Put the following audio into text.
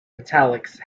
italics